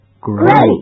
Great